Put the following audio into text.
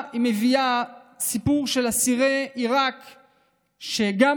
במאמרה היא מביאה סיפור של אסירי עיראק שגם,